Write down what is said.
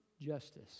Justice